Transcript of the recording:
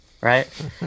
right